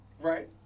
Right